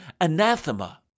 anathema